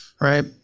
right